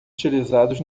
utilizados